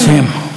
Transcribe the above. נא לסיים.